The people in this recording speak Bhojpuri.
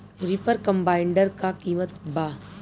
रिपर कम्बाइंडर का किमत बा?